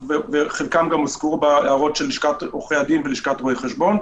וחלקן גם הוזכרו בהערות של לשכת עורכי הדין ולשכת רואי החשבון.